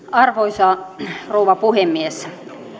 arvoisa rouva puhemies